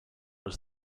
was